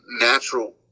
natural